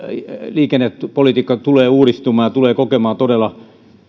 liikennepolitiikka tulee uudistumaan ja tulee kokemaan todella